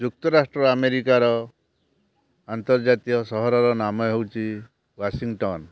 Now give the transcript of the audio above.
ଯୁକ୍ତରାଷ୍ଟ୍ର ଆମେରିକାର ଆନ୍ତର୍ଜାତୀୟ ସହରର ନାମ ହେଉଛି ୱାସିଂଟନ୍